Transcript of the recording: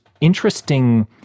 interesting